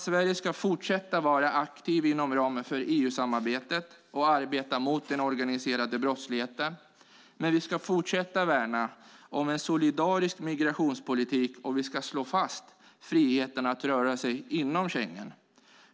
Sverige ska fortsätta vara aktivt inom ramen för EU-samarbetet och arbeta mot den organiserade brottsligheten, men vi ska fortsätta värna om en solidarisk migrationspolitik, och vi ska slå fast friheten att röra sig inom Schengen.